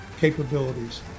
capabilities